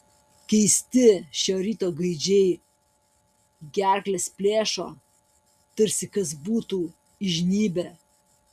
keisti šio ryto gaidžiai gerkles plėšo tarsi kas būtų įžnybę